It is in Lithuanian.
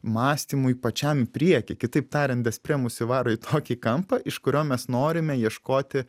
mąstymui pačiam į priekį kitaip tariant despre mus įvaro į tokį kampą iš kurio mes norime ieškoti